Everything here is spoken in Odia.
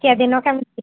କେ ଦିନ କେମିତି